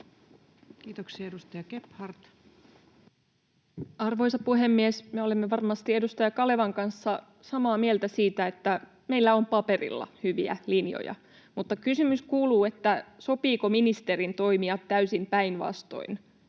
Time: 16:51 Content: Arvoisa puhemies! Me olemme varmasti edustaja Kalevan kanssa samaa mieltä siitä, että meillä on paperilla hyviä linjoja. Mutta kysymys kuuluu, sopiiko ministerin toimia täysin päinvastoin